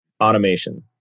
automation